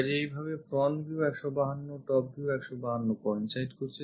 কাজেই এইভাবে front view 152 top view 152 coincide করছে